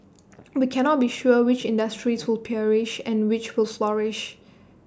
we cannot be sure which industries will perish and which will flourish